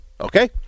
Okay